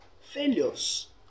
failures